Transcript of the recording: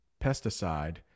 Pesticide